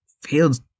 feels